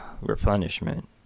replenishment